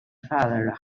father